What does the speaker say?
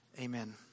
Amen